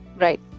right